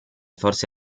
forse